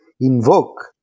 invoke